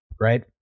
right